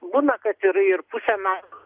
būna kad ir ir pusę metų